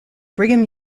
brigham